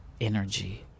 energy